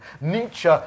Nietzsche